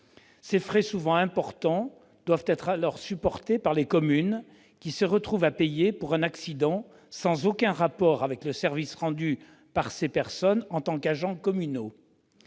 Ces frais, souvent importants, doivent alors être supportés par les communes, qui se retrouvent à payer pour un accident sans aucun rapport avec le service rendu par ces personnes en tant qu'agents communaux.